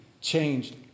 changed